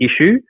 issue